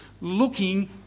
looking